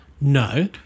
no